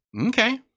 Okay